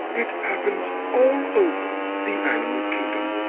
it happens all over the animal kingdom.